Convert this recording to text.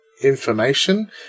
information